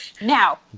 now